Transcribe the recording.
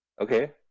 Okay